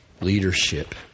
leadership